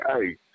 hey